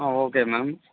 ah okay ma'am